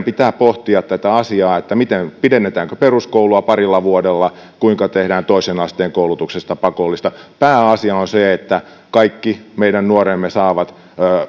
pitää pohtia tätä asiaa pidennetäänkö peruskoulua parilla vuodella kuinka tehdään toisen asteen koulutuksesta pakollista pääasia on se että kaikki meidän nuoremme saavat